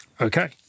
Okay